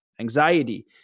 anxiety